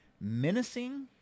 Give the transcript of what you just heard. menacing